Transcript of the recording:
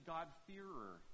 God-fearer